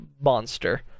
monster